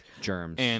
Germs